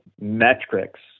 metrics